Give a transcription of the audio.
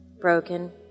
broken